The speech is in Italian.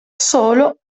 solo